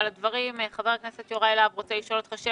חבר הכנסת יוראי להב, בבקשה.